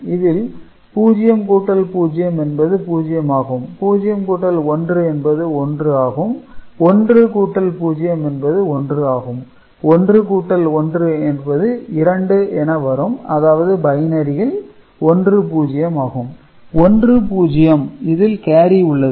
இதில் 0 கூட்டல் 0 என்பது 0 ஆகும் 0 கூட்டல் 1 என்பது 1 ஆகும் 1 கூட்டல் 0 என்பது 1 ஆகும் 1 கூட்டல் 1 என்பது 2 என வரும் அதாவது பைனரி 10 ஆகும் 0 0 0 0 1 1 1 1 10 1 0 இதில் கேரி உள்ளது